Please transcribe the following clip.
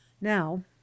now